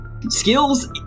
skills